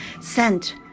sent